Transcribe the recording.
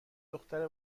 دختر